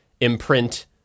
imprint